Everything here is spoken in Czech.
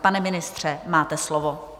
Pane ministře, máte slovo.